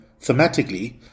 thematically